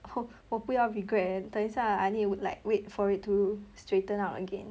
oh 我不要 regret leh 等一下 I need to like wait for it to straighten out again